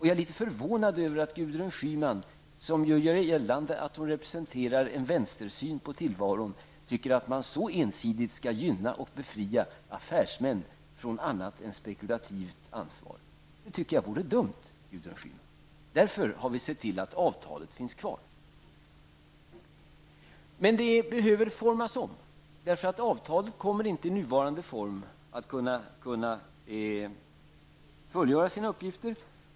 Jag är litet förvånad över att Gudrun Schyman, som gör gällande att hon representerar en vänstersyn på tillvaron, tycker att man så ensidigt skall gynna affärsmän och befria dem från allt annat än det spekulativa ansvaret. Jag tycker att det vore dumt att göra det, Gudrun Schyman. Därför har vi sett till att avtalet finns kvar. Avtalet behöver emellertid formas om. I nuvarande form kommer det inte att kunna fylla sin funktion.